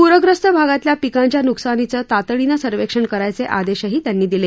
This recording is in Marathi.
पूरग्रस्त भागातल्या पिकांच्या नुकसानीचं तातडीनं सर्वेक्षण करायचे आदेशही त्यांनी दिले